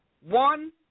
one